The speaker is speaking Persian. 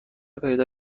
پیدا